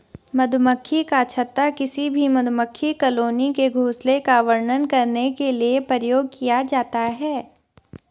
मधुमक्खी का छत्ता किसी भी मधुमक्खी कॉलोनी के घोंसले का वर्णन करने के लिए प्रयोग किया जाता है